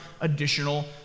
additional